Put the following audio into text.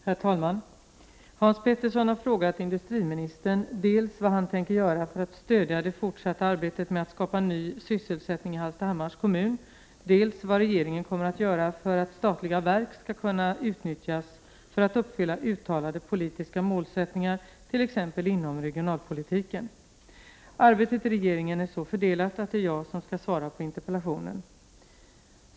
Herr talman! Hans Petersson har frågat industriministern dels vad han tänker göra för att stödja det fortsatta arbetet med att skapa ny sysselsättning i Hallstahammars kommun, dels vad regeringen kommer att göra för att statliga verk skall kunna utnyttjas för att uppfylla uttalade politiska målsättningar t.ex. inom regionalpolitiken. Arbetet i regeringen är så fördelat att det är jag som skall svara på interpellationen.